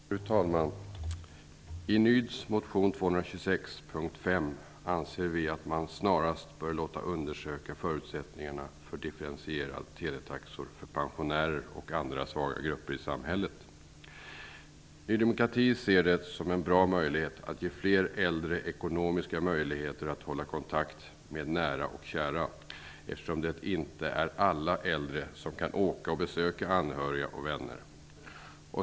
Fru talman! I Ny demokratis motion 226 punkt 5 anser vi att man snarast bör låta undersöka förutsättningarna för diffrentierade teletaxor för pensionärer och andra svaga grupper i samhället. Ny demokrati ser det som en bra möjlighet att ge fler äldre ekonomiska möjligheter att hålla kontakt med nära och kära, eftersom alla äldre inte kan åka och besöka anhöriga och vänner.